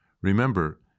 Remember